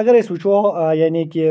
اَگر أسۍ وٕچھو یعنی کہِ